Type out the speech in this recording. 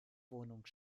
wohnung